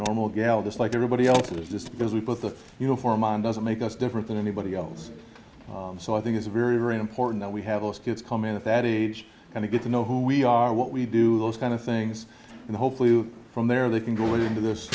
normal gal just like everybody else and just because we put the uniform on doesn't make us different than anybody else so i think it's very very important that we have those kids come in at that age and to get to know who we are what we do those kind of things and hopefully from there they can go into this